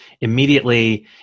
immediately